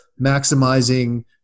maximizing